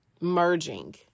merging